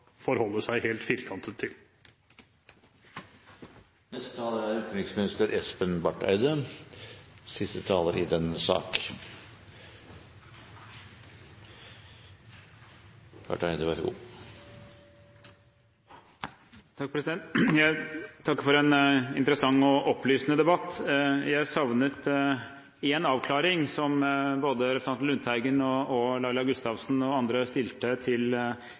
forholde seg helt firkantet til. Jeg takker for en interessant og opplysende debatt. Jeg savnet en avklaring på et spørsmål som både representanten Lundteigen, Laila Gustavsen og andre stilte til